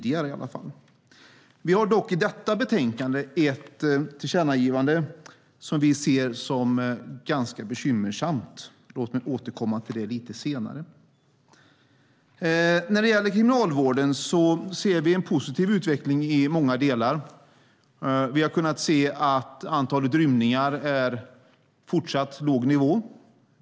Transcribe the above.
I detta betänkande finns det ett tillkännagivande som vi ser som ganska bekymmersamt, men låt mig återkomma till det lite senare. Inom kriminalvården sker det i många delar en positiv utveckling. Antalet rymningar ligger fortsatt på låg nivå.